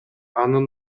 анын